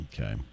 Okay